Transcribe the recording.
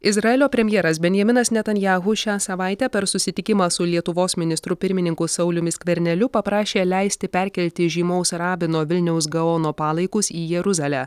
izraelio premjeras benjaminas netanyahu šią savaitę per susitikimą su lietuvos ministru pirmininku sauliumi skverneliu paprašė leisti perkelti žymaus rabino vilniaus gaono palaikus į jeruzalę